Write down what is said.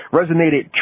resonated